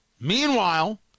Meanwhile